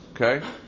Okay